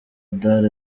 dar